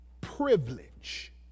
privilege